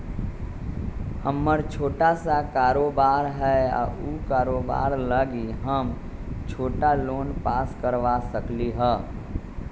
हमर छोटा सा कारोबार है उ कारोबार लागी हम छोटा लोन पास करवा सकली ह?